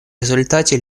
результате